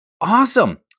awesome